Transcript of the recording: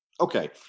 Okay